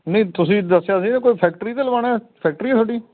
ਨਹੀਂ ਤੁਸੀਂ ਦੱਸਿਆ ਸੀ ਨਾ ਕੋਈ ਫੈਕਟਰੀ 'ਤੇ ਲਵਾਉਣਾ ਹੈ ਫੈਕਟਰੀ ਹੈ ਤੁਹਾਡੀ